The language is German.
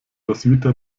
roswitha